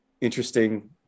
interesting